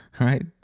right